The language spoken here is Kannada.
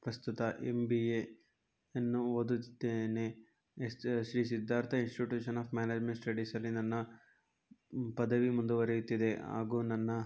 ಪ್ರಸ್ತುತ ಎಮ್ ಬಿ ಎಯನ್ನು ಓದುತ್ತಿದ್ದೇನೆ next Shri Siddhartha institution of management ಸ್ಟಡೀಸಲ್ಲಿ ನನ್ನ ಪದವಿ ಮುಂದುವರಿಯುತ್ತಿದೆ ಹಾಗೂ ನನ್ನ